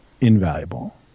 invaluable